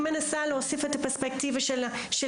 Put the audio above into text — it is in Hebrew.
אני מנסה להוסיף את הפרספקטיבה שלי.